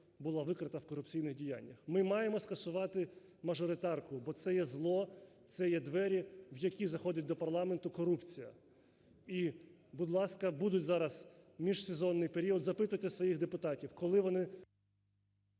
була викрита в корупційних діяннях. Ми маємо скасувати мажоритарку, бо це є зло, це є двері, в які заходить до парламенту корупція. І, будь ласка, буде зараз міжсезонний період, запитуйте в своїх депутатів, коли вони...